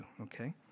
okay